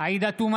עאידה תומא